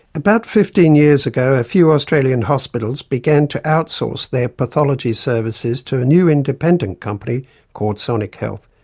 about fifteen years ago, a few australian hospitals began to outsource their pathology services to a new independent company called sonic health.